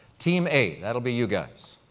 team a, that will be you guys,